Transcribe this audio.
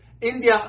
India